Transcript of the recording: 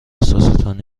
احساستون